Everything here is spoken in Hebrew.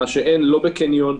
מה שאין לא בקניון,